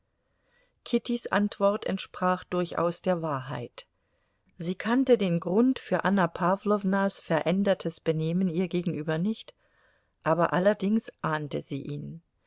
kittys antwort entsprach durchaus der wahrheit sie kannte den grund für anna pawlownas verändertes benehmen ihr gegenüber nicht aber allerdings ahnte sie ihn